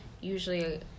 usually